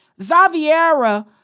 Zaviera